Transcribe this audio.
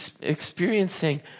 experiencing